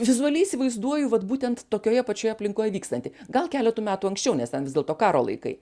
vizualiai įsivaizduoju vat būtent tokioje pačioje aplinkoje vykstantį gal keletu metų anksčiau nes ten vis dėlto karo laikai